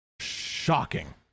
shocking